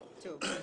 בסדר.